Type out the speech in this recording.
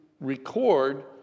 record